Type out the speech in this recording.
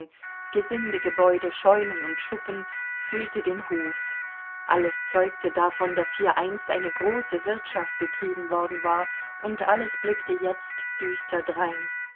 gesindegebäude scheunen und schuppen füllte den hof alles zeugte davon daß hier einst eine große wirtschaft betrieben worden war und alles blickte jetzt düster drein